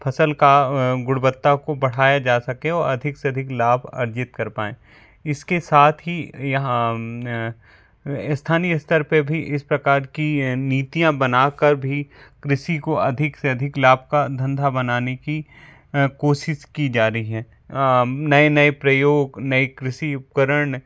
फसल का गुणवत्ता को बढ़ाया जा सके और अधिक से अधिक लाभ अर्जित कर पाएँ इसके साथ ही यहाँ स्थानीय स्तर पे भी इस प्रकार की नीतियाँ बनाकर भी कृषि को अधिक से अधिक लाभ का धंधा बनाने की कोशिश की जा रही हैं नए नए प्रयोग नए कृषि उपकरण